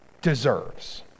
deserves